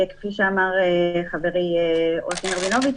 כפי שאמר חברי תומר רבינוביץ,